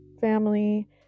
family